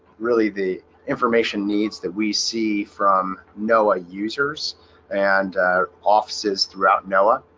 really the information needs that we see from noaa users and offices throughout noaa